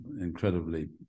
incredibly